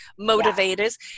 motivators